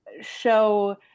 show